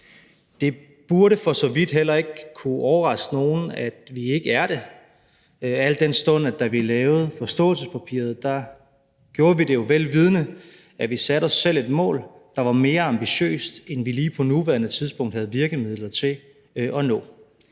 Det burde for så vidt heller ikke kunne overraske nogen, at vi ikke er det, al den stund at da vi lavede forståelsespapiret, gjorde vi det jo, vel vidende at vi satte os selv et mål, der var mere ambitiøst, end vi lige på nuværende tidspunkt havde virkemidler til at nå.